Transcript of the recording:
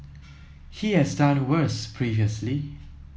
he has done worse previously